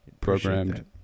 programmed